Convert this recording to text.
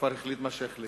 החליט מה שהחליט.